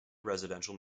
residential